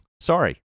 Sorry